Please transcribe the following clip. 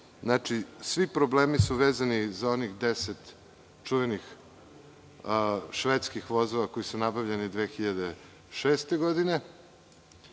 stvar, svi problemi su vezani za onih deset čuvenih švedskih vozova koji su nabavljeni 2006. godine.